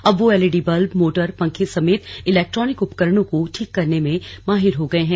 अब वो LED bulb motor पंखे समेत इलेक्ट्रॉनिक उपकरणों को ठीक करने में माहिर हो गये हैं